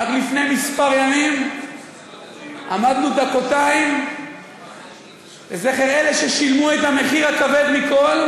רק לפני כמה ימים עמדנו דקתיים לזכר אלה ששילמו את המחיר הכבד מכול,